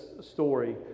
story